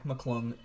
McClung